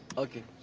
okay,